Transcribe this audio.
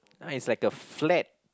ah it's like a flat